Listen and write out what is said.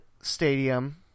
stadium